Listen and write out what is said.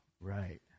right